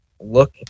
look